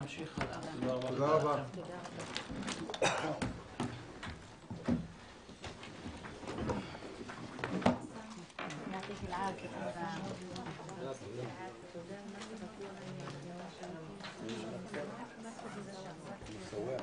הישיבה ננעלה בשעה 11:55.